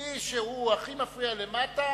מי שהכי מפריע למטה